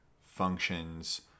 functions